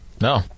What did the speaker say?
No